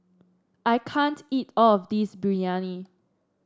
I can't eat all of this Biryani